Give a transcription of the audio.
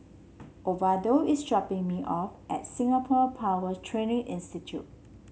Osvaldo is dropping me off at Singapore Power Training Institute